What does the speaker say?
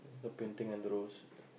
the painting and the rose like